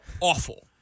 awful